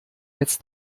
jetzt